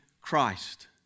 Christ